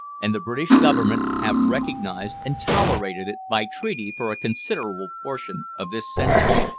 and the british government have recognised and tolerated it by treaty for a considerable portion of this century!